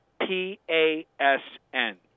P-A-S-N